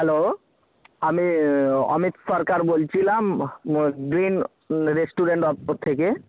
hello আমি অমিত সরকার বলছিলাম green restaurant থেকে